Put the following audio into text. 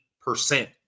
percent